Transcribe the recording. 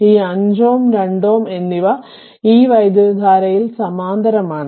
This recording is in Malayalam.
ഈ 5Ω 2Ω എന്നിവ ഈ വൈദ്യുതധാരയിൽ സമാന്തരമാണ്